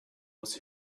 was